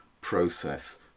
process